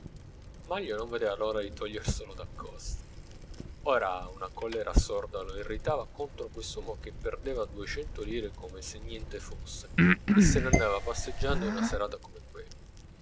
commessure manlio non vedeva l'ora di toglierselo d'accosto ora una collera sorda lo irritava contro quest'uomo che perdeva duecento lire come se niente fosse e se ne andava passeggiando in una serata come quella